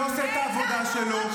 לא עושה את העבודה שלו,